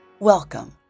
Welcome